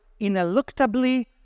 ineluctably